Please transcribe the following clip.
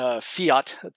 fiat